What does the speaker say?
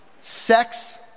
Sex